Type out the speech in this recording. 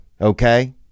okay